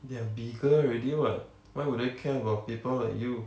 they are bigger already what why would they care about people like you